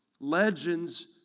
Legends